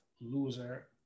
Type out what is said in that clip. loser